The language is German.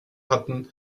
hatten